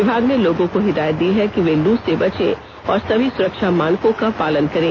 विभाग ने लोगों को हिदायत दी है कि वे लू से बचें और सभी सुरक्षा मानको का पालन करें